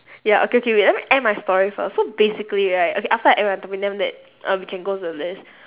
ya okay K wait let me end my story first so basically right okay after I end my topic then after that uh we can go to the list